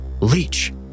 Leech